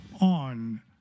on